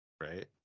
right